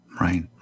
Right